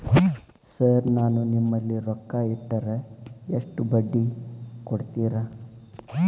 Sir ನಾನು ನಿಮ್ಮಲ್ಲಿ ರೊಕ್ಕ ಇಟ್ಟರ ಎಷ್ಟು ಬಡ್ಡಿ ಕೊಡುತೇರಾ?